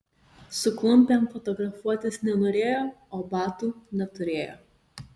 su klumpėm fotografuotis nenorėjo o batų neturėjo